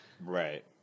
Right